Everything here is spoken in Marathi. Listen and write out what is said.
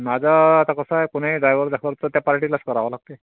माझं आता कसं आहे कोनीही ड्रायव्हर दाखवाल तर त्या पार्टीलाच करावे लागते